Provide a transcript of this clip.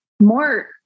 More